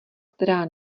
která